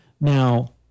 Now